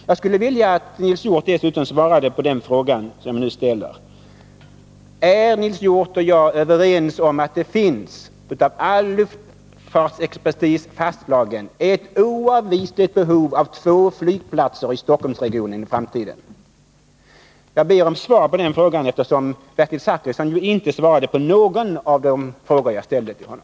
Jag skulle vilja att Nils Hjorth dessutom svarade på den fråga jag nu ställer: Är Nils Hjorth och jag överens om att det, enligt vad all luftfartsexpertis har fastslagit, finns ett oavvisligt behov av två flygplatser i Stockholmsregionen i framtiden? Jag ber om svar på den frågan, eftersom Bertil Zachrisson inte svarade på någon av de frågor jag ställde till honom.